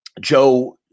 Joe